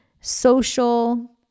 social